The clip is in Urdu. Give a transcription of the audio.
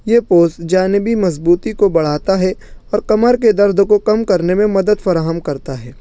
یہ پوز جانبی مضبوطی کو بڑھاتا ہے اور کمر کے درد کو کم کرنے میں مدد فراہم کرتا ہے